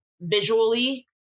visually